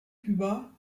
cuba